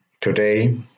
Today